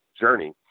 journey